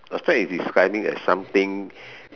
a fad is describing that something